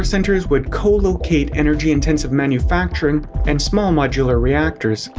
centers would co-locate energy intensive manufacturing and small modular reactors.